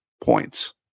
points